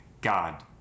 God